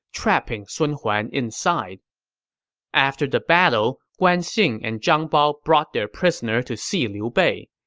trapping sun huan inside after the battle, guan xing and zhang bao brought their prisoner to see liu bei.